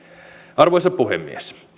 arvoisa puhemies